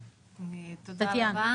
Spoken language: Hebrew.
תודה.